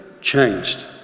changed